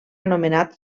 anomenat